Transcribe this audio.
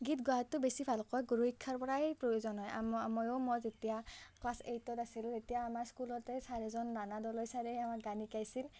গীত গোৱাটো বেছি ভালকৈ গুৰুশিক্ষাৰ পৰাই প্ৰয়োজন হয় আৰু ময়ো মই যেতিয়া ক্লাছ এইটত আছিলোঁ তেতিয়া আমাৰ স্কুলতে ছাৰ এজন নানা দলৈ ছাৰে আমাক গান শিকাইছিল